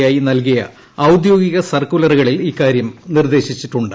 I നൽകിയ ഔദ്യോഗിക സർക്കുലറുകളിൽ ഇക്കാര്യം നിർദ്ദേശിച്ചിട്ടുണ്ട്